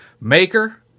maker